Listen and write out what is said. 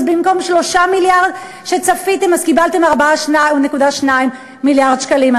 אז במקום 3 מיליארד שצפיתם קיבלתם 4.2 מיליארד שקלים.